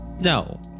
No